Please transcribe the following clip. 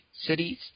cities